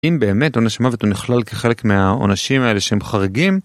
אם באמת עונש מוות הוא נכלל כחלק מהעונשים האלה שהם חריגים.